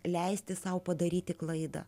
leisti sau padaryti klaidą